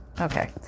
okay